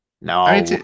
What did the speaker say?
No